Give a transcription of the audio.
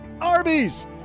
Arby's